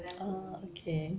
oh okay